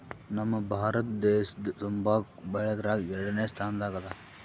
ನಮ್ ಭಾರತ ದೇಶ್ ತಂಬಾಕ್ ಬೆಳ್ಯಾದ್ರಗ್ ಎರಡನೇ ಸ್ತಾನದಾಗ್ ಅದಾ